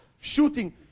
Shooting